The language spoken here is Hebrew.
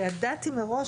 וידעתי מראש,